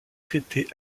traité